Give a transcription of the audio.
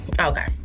Okay